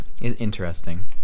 interesting